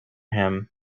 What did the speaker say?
him